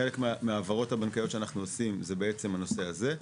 חלק מההעברות הבנקאיות שאנחנו עושים הן חלק מהנושא הזה,